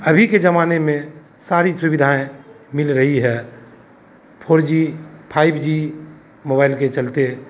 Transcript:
अभी के जमाने में सारी सुविधाएँ मिल रही है four G five G mobile के चलते